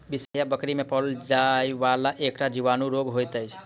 बिसरहिया बकरी मे पाओल जाइ वला एकटा जीवाणु रोग होइत अछि